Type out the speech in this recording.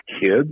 kids